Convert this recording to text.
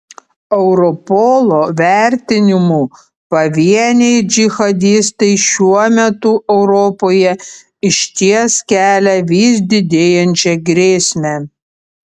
europolo vertinimu pavieniai džihadistai šiuo metu europoje išties kelia vis didėjančią grėsmę